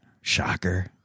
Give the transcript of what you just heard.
Shocker